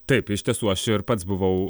taip iš tiesų aš pats buvau